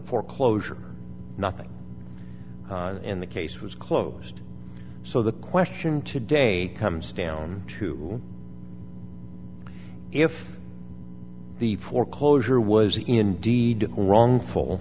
foreclosure nothing in the case was closed so the question today comes down to if the foreclosure was indeed wrongful